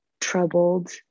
troubled